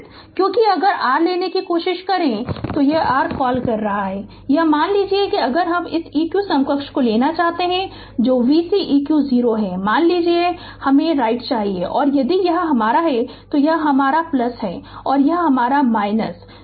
Refer Slide Time 2811 क्योंकि अगर r लेने की कोशिश करें तो r क्या कॉल करें यह मान लीजिए कि अगर हम इस eq समकक्ष को लेना चाहता हूं जो v c eq 0 है मान लीजिए कि मुझे राईट चाहिए और यदि यह हमारा है तो यह हमारा है और यह हमारा है